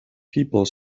people